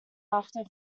after